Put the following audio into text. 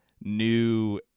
new